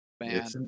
man